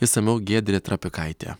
išsamiau giedrė trapikaitė